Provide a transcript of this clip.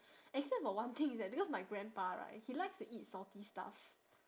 except for one thing is that because my grandpa right he likes to eat salty stuff